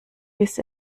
bis